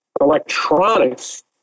Electronics